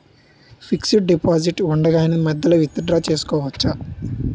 Fixed deposit ఉండగానే మధ్యలో withdraw చేసుకోవచ్చా?